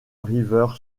river